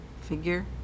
figure